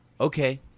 Okay